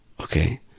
okay